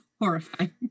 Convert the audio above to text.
horrifying